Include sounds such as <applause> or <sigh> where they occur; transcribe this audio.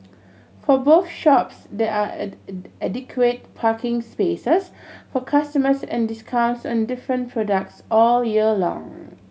for both shops there are <unintelligible> adequate parking spaces for customers and discounts on different products all year long